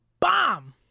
BOMB